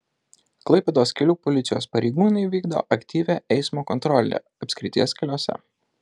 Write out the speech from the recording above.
klaipėdos kelių policijos pareigūnai vykdo aktyvią eismo kontrolę apskrities keliuose